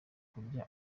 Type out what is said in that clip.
kurya